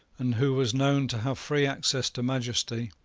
and who was known to have free access to majesty,